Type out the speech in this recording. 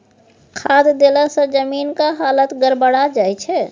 खाद देलासँ जमीनक हालत गड़बड़ा जाय छै